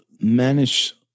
manage